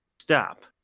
stop